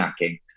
snacking